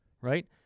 Right